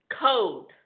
code